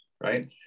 right